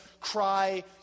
cry